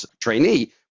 trainee